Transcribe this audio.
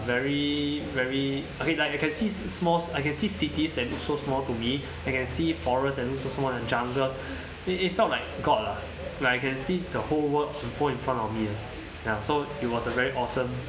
very very okay like I can see small I can see cities that looked so small to me I can see forest and also jungle it it felt like god lah like I can see the whole word unfold in front of me uh now so it was a very awesome